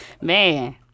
man